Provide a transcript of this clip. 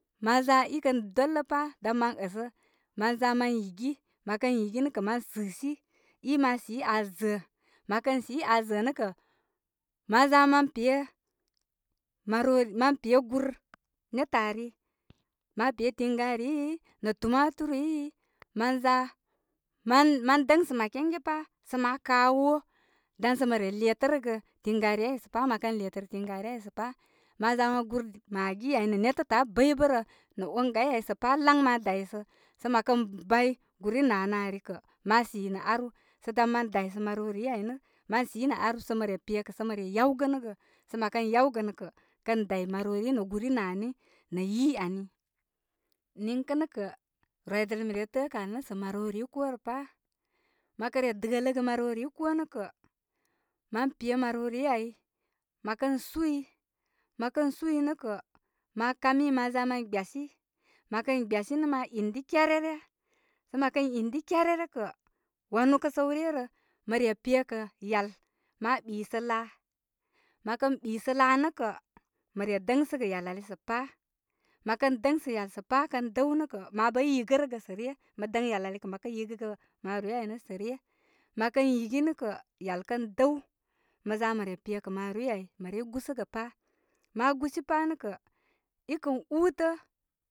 Ma za i kə doltə pa' dan ma əsə man za man yigio mə, kən yigi nə kə, mən sɨsi, i ma sii aa zə'ə. Mə kən sii aa zəə nə' kə', mə za mə pe marori man pe gur n etə, ari. Ma pe tiŋgarii, nə tumaturii, mənza mə mə dəŋsə makeŋge pa sə ma ka woo dan sə mə letərəgə tingarii ai sə pa. Mə kən letərə tiŋgani ai sə pa ma za ma gur maggii ai nə netə aa bəybə bərə nə ongai ai sə pa laŋ ma daysə sə mə kən bay gur i nanə ari kə' ma si nə' aru sə dan mən daysə maroni ai nə mən sii nə aru sə mə re pekə sə mə re yawgənəgə. Sə məkən yawgənə kə kən day marori nə gur i nani nə yi ani. Niŋkə nə kə' nvidəl mə re tə'ə' kə al nə' sə' marorii koo rə pa. Mə' kə re dələgə maroni koo nə kə, mən pe marorii ai, mə kə suy, mə kən suy nə' kə ma kamii ma za mən gbyasi mə kən gbyasi nə ma za mən indi kyarere. Sə mə kə indi kyarere nə' kə' wanu kə səw re rə, mə pekə' yal ma ɓisə laa, məkən bisə laa nə kə' mə re dəysəgə ya, ali sə' pa'. mə kən dəŋsə yal sə pa kən dəw nə' kə' ma pəy yigərəgə sa ryə. Ma dəŋ yal, ul kəma pə yigəgə makori ai nə sə ryə. Mə kə yigi nə' kə', yal kən dəw mə za mə re pe kə' marorii ai mə rey gusəgə pa ma gusi pa' nə kə', i kən ūūtə.